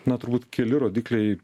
na turbūt keli rodikliai